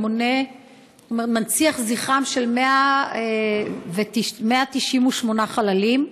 המנציח זכרם של 198 חללים.